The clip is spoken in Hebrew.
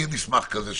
יהיה מסמך כזה,